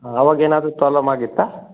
ಅವಾಗ ಏನಾದರೂ ಪ್ರಾಬ್ಲಮ್ ಆಗಿತ್ತಾ